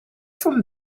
from